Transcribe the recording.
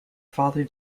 father